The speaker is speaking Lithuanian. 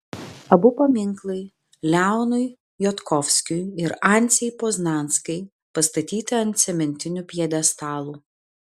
abu paminklai leonui jodkovskiui ir anciai poznanskai pastatyti ant cementinių pjedestalų